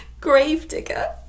Gravedigger